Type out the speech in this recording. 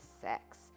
sex